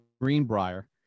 Greenbrier